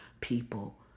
people